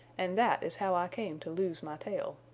and that is how i came to lose my tail,